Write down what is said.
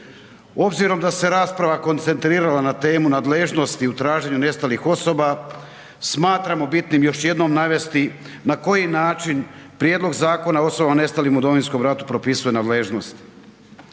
Obzirom da se rasprava koncentrirala na temu nadležnosti u traženju nestalih osoba, smatramo bitnim još jednom navesti na koji način Prijedlog Zakona o osobama nestalim u Domovinskom ratu propisuje nadležnost.